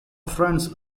friends